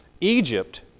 Egypt